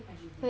S_G_D